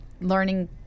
learning